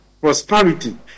prosperity